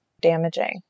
damaging